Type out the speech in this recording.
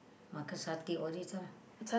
makan satay all these lah